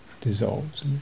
dissolves